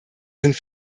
sind